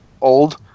old